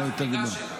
אני אגש אליו.